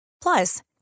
Plus